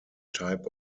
type